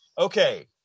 Okay